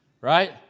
Right